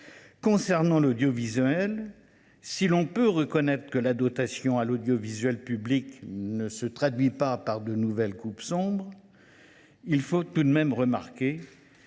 formes de piratage. Si l’on peut reconnaître que la dotation à l’audiovisuel public ne se traduit pas par de nouvelles coupes claires, il faut tout de même remarquer